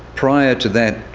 prior to that,